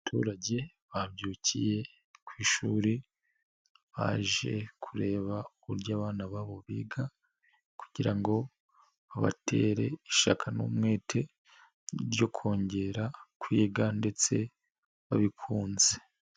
Abaturage babyukiye ku ishuri, baje kureba uburyo abana babo biga, kugira ngo babatere ishyaka n'umwete ryo kongera kwiga ndetse babikunze.